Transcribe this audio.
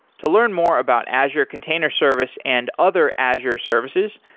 to learn more about azure container service and other azure services,